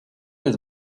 les